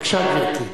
בבקשה, גברתי.